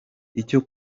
icyo